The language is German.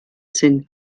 sind